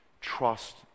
Trust